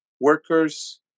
Workers